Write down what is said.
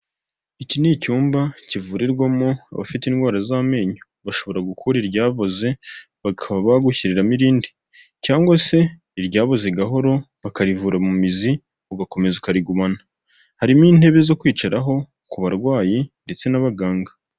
Iki ni icyumba kivurirwamo abafite indwara z'amenyo, bashobora gukuramo iryaboze bagushyiriramo irindi cyangwa se iryabuze gahoro bakarivura mu mizi ugakomeza ukarigumana, harimo intebe zo kwicaraho ku barwayi ndetse n'abaganga.